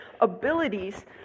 abilities